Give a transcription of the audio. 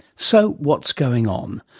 so what's going on?